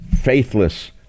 faithless